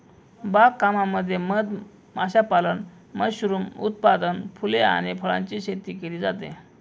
बाग कामामध्ये मध माशापालन, मशरूम उत्पादन, फुले आणि फळांची शेती केली जाते